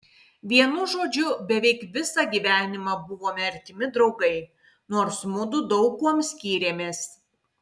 vienu žodžiu beveik visą gyvenimą buvome artimi draugai nors mudu daug kuom skyrėmės